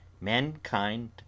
mankind